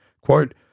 Quote